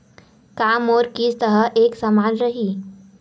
का मोर किस्त ह एक समान रही?